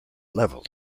levelled